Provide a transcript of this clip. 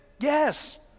Yes